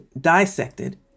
dissected